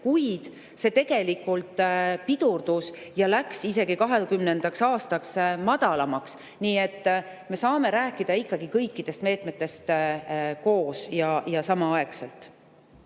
kuid see tegelikult pidurdus ja 2020. aastaks isegi vähenes. Nii et me saame rääkida ikkagi kõikidest meetmetest koos ja samaaegselt.